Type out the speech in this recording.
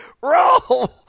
roll